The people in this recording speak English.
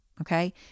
okay